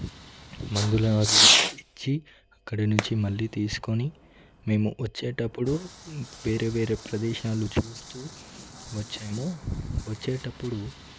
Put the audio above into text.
మందులు అవి ఇచ్చి అక్కడ నుంచి మళ్ళీ తీసుకొని మేము వచ్చేటప్పుడు వేరే వేరే ప్రదేశాలు చూస్తూ వచ్చాము వచ్చేటప్పుడు